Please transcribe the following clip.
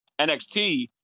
nxt